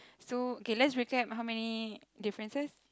so okay let's recap how many differences